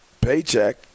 paycheck